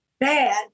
bad